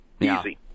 Easy